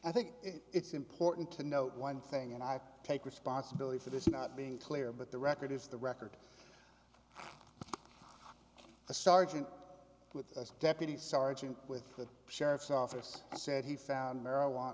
i think it's important to note one thing and i take responsibility for this not being clear but the record is the record the sergeant with a deputy sergeant with the sheriff's office said he found marijuana